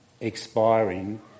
expiring